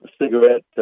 cigarette